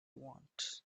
wants